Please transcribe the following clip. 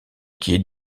est